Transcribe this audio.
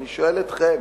ואני שואל אתכם,